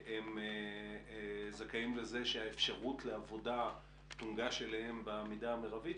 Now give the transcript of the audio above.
הם זכאים לזה שהאפשרות לעבודה תונגש להם במידה המרבית,